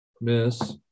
Miss